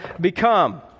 become